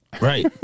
Right